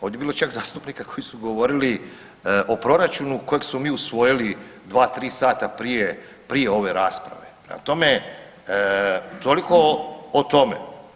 Ovdje je bilo čak zastupnika koji su govorili o proračunu kojeg smo mi usvojili dva, tri sata prije ove rasprave, prema tome, toliko o tome.